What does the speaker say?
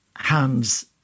hands